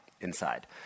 inside